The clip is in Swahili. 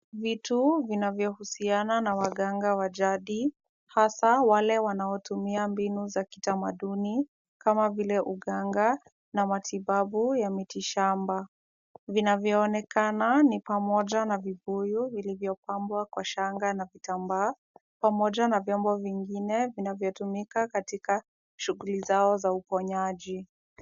Vitu vinavyohusiana na waganga wa jadi, hasa wale wanaotumia mbinu za kitamaduni, kama vile uganga na matibabu ya miti shamba. Vinavyoonekana ni pamoja na vibuyu vilivyopambwa kwa shanga na kitambaa, pamoja na vyombo vingine vinavyotumika katika shughuli zao za uponyaji.